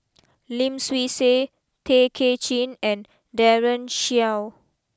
Lim Swee Say Tay Kay Chin and Daren Shiau